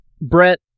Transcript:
Brett